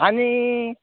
आनी